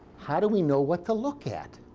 how do we know what to look at?